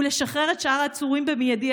לשחרר את שאר העצורים במיידי,